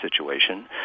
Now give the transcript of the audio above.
situation